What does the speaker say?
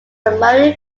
maury